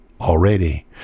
already